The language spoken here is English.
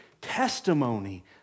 testimony